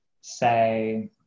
say